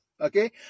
Okay